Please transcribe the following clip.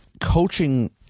coaching